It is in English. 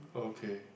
okay